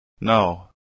No